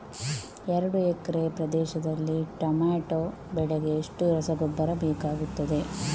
ಎರಡು ಎಕರೆ ಪ್ರದೇಶದಲ್ಲಿ ಟೊಮ್ಯಾಟೊ ಬೆಳೆಗೆ ಎಷ್ಟು ರಸಗೊಬ್ಬರ ಬೇಕಾಗುತ್ತದೆ?